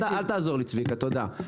אל תעזור לי, צביקה, תודה.